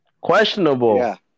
Questionable